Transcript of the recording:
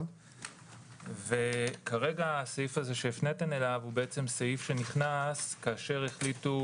הסעיף שהפניתם אליו נכנס כאשר החליטו